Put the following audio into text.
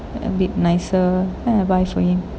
and bit nicer then I'll buy for him